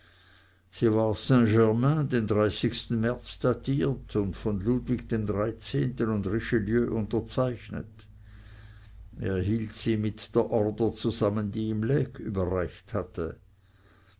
den märz datiert und von ludwig xiii und richelieu unterzeichnet er hielt sie mit der ordre zusammen die ihm lecques überreicht hatte